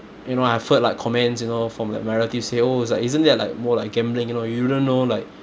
you know I've heard like comments you know from like my relatives say oh is like isn't that like more like gambling you know you don't know like